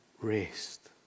rest